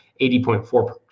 80.4